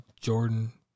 Jordan